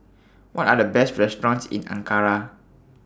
What Are The Best restaurants in Ankara